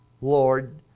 Lord